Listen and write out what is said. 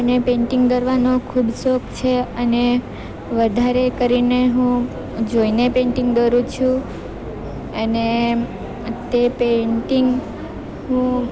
મને પેઈન્ટિંગ કરવાનો ખૂબ શોખ છે અને વધારે કરીને હું જોઈને પેઈન્ટિંગ દોરું છું અને તે પેઈન્ટિંગ હું